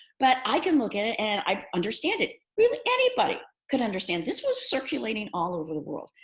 but i can look at it and i understand it. really anybody could understand. this was circulating all over the world.